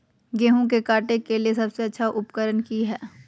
गेहूं के काटे के लिए सबसे अच्छा उकरन की है?